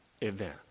event